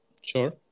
Sure